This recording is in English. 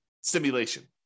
simulation